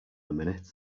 minute